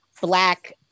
black